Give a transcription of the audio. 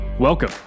Welcome